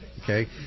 Okay